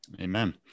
Amen